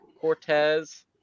Cortez